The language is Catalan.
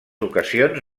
ocasions